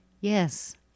Yes